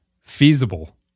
feasible